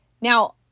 Now